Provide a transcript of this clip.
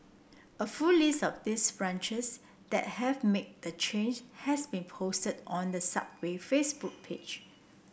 a full list of these branches that have made the change has been posted on the Subway Facebook page